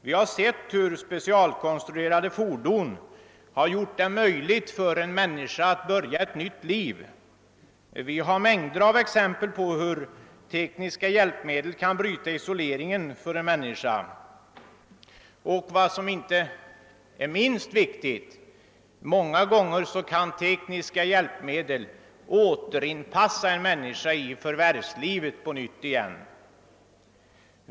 Vi har sett hur specialkonstruerade fordon har gjort det möjligt för en människa att kunna börja ett nytt liv. Det finns mängder av exempel på hur tekniska hjälpmedel kan bryta hennes isolering. Vad som inte är minst viktigt är hur tekniska hjälpmedel många gånger kan återinpassa en människa i förvärvslivet.